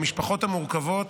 במשפחות המורכבות,